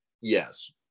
yes